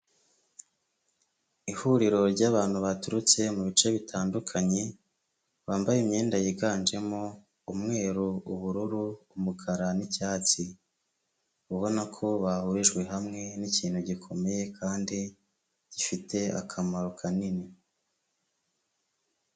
Ihuriro ry'abantu baturutse mu bice bitandukanye bambaye imyenda yiganjemo umweru, ubururu, umukara n'icyatsi, ubona ko bahurijwe hamwe, ni ikintu gikomeye kandi gifite akamaro kanini.